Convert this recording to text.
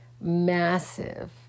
massive